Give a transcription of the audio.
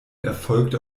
erfolgte